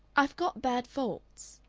i've got bad faults.